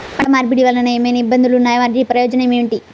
పంట మార్పిడి వలన ఏమయినా ఇబ్బందులు ఉన్నాయా వాటి ప్రయోజనం ఏంటి?